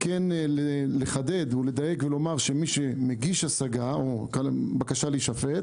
כן לחדד ולדייק ולומר שמי שמגיש השגה או בקשה להישפט,